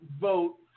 vote